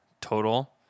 total